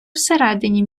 всередині